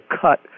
cut